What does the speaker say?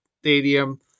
Stadium